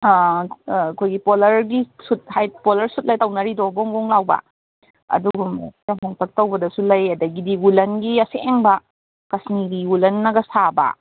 ꯑꯩꯈꯣꯏꯒꯤ ꯄꯣꯂꯔꯒꯤ suit polar ꯁꯨꯠꯅ ꯇꯧꯅꯔꯤꯗꯣ ꯒꯣꯡ ꯒꯣꯡ ꯂꯥꯎꯕ ꯑꯗꯨꯒꯨꯝꯕ ꯈꯔ ꯍꯣꯡꯇꯛ ꯇꯧꯕꯗꯁꯨ ꯂꯩ ꯑꯗꯒꯤꯗꯤ ꯋꯨꯂꯟꯒꯤ ꯑꯁꯦꯡꯕ ꯀꯥꯁꯃꯤꯔꯤ ꯋꯨꯂꯟꯅꯒ ꯁꯥꯕ